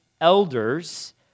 elders